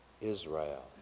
Israel